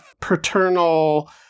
paternal